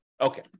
Okay